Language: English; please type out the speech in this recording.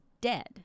dead